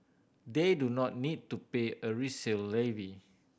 they do not need to pay a resale levy